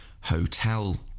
hotel